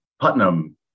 Putnam